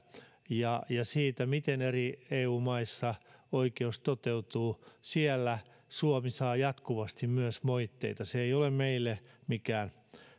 ja siihen miten eri eu maissa oikeus toteutuu siellä suomi saa jatkuvasti myös moitteita se ei ole meille mikään